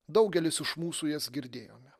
daugelis iš mūsų jas girdėjome